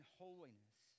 holiness